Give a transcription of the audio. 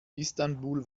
istanbul